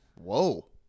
Whoa